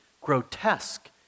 grotesque